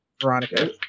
Veronica